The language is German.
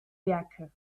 werke